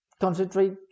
concentrate